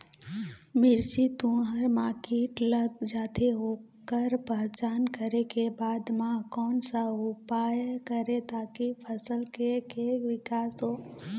मिर्ची, तुंहर मा कीट लग जाथे ओकर पहचान करें के बाद मा कोन सा उपाय करें ताकि फसल के के विकास हो?